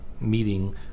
meeting